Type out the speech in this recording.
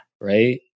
right